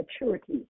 maturity